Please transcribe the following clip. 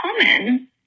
common